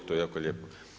To je jako lijepo.